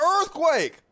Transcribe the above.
earthquake